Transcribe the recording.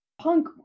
Punk